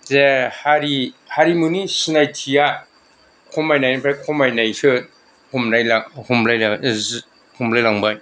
जे हारि हारिमुनि सिनायथिया खमायनायनिफ्राय खमायनायसो जानो हमलायलांबाय